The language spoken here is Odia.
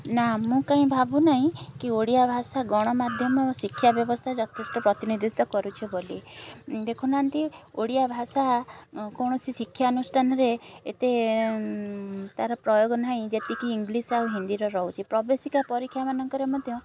ନାଁ ମୁଁ କାଇଁ ଭାବୁନାହିଁ କି ଓଡ଼ିଆ ଭାଷା ଗଣମାଧ୍ୟମ ଓ ଶିକ୍ଷା ବ୍ୟବସ୍ଥା ଯଥେଷ୍ଟ ପ୍ରତିନିଧିତ୍ଵ କରୁଛି ବୋଲି ଦେଖୁନାହାନ୍ତି ଓଡ଼ିଆ ଭାଷା କୌଣସି ଶିକ୍ଷା ଅନୁଷ୍ଠାନରେ ଏତେ ତା'ର ପ୍ରୟୋଗ ନାହିଁ ଯେତିକି ଇଂଲିଶ୍ ଆଉ ହିନ୍ଦୀର ରହୁଛି ପ୍ରବେଶିକା ପରୀକ୍ଷାମାନଙ୍କରେ ମଧ୍ୟ